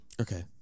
Okay